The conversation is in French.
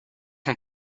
son